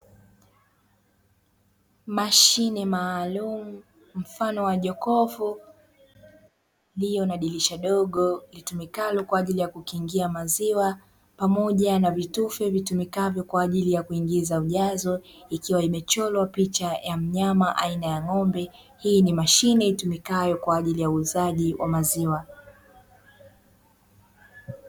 Mashine maalumu mfano wa jokofu lililo na dirisha dogo litumikalo kwa ajili ya kuingia maziwa pamoja na vitufe vitumikavyo kwa ajili ya kuingiza ujazo, ikiwa imechorwa picha ya mnyama aina ya ng'ombe. Hii ni mashine itumikayo kwa ajili ya uuzaji wa maziwa.